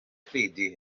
credu